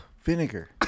Vinegar